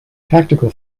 tactical